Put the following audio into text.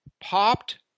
popped